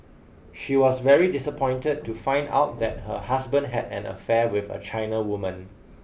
she was very disappointed to find out that her husband had an affair with a China woman